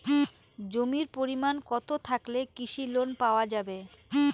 জমির পরিমাণ কতো থাকলে কৃষি লোন পাওয়া যাবে?